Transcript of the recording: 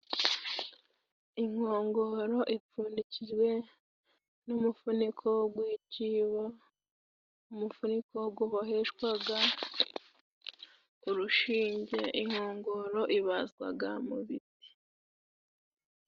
Inkongoro ipfundikijwe n'umufuniko wo guhiciwa, Umufuniko wagoboheshwaga urushinge. Inkongoro ibazwaga mu biti.